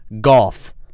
golf